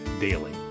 Daily